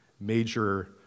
major